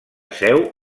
seu